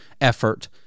effort